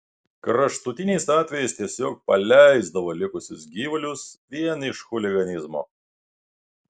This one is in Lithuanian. kraštutiniais atvejais tiesiog paleisdavo likusius gyvulius vien iš chuliganizmo